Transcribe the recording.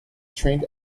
trained